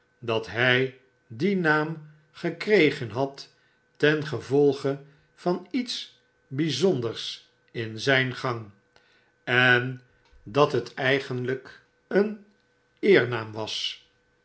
dat hy dien naam gekregen had ten gevolge van iets byzonders in zfln gang en dat het eigenlyk een eernaam was